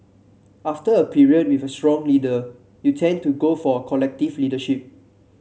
after a period with a strong leader you tend to go for a collective leadership